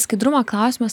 skaidrumo klausimas